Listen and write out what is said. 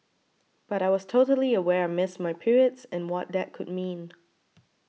but I was totally aware I missed my periods and what that could mean